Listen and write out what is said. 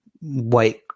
white